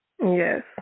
yes